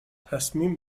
تصمیم